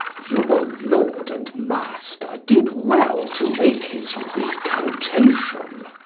your lord and master did well to make his recantation.